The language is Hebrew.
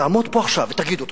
תעמוד פה עכשיו ותגיד אותו,